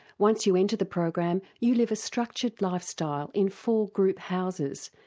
once you enter the program you live a structured lifestyle, in four group houses,